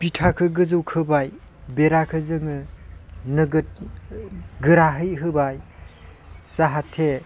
बिथाखो जों गोजौ खोबाय बेरखो जोङो नोगोद गोरायै होबाय जाहाथे